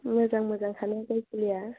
मोजां मोजांखा ने गय फुलिआ